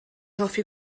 hoffi